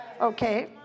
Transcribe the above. Okay